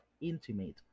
intimate